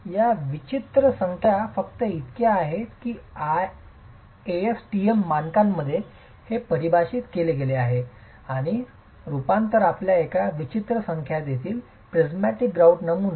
त्या विचित्र संख्या फक्त इतक्या आहेत की ASTM मानकांमध्ये हे परिभाषित केले गेले आहे आणि रूपांतरण आपल्याला या विचित्र संख्या देईल प्रिझमॅटिक ग्रउट नमुना